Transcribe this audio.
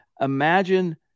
Imagine